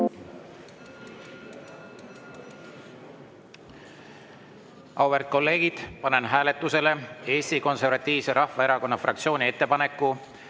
kolleegid! Panen hääletusele Eesti Konservatiivse Rahvaerakonna fraktsiooni ettepaneku